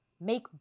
make